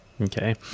Okay